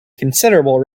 considerable